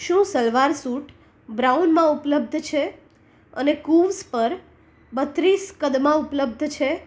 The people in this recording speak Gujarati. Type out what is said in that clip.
શું સલવાર સૂટ બ્રાઉનમાં ઉપલબ્ધ છે અને કૂવ્સ પર બત્રીસ કદમાં ઉપલબ્ધ છે